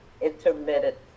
intermittent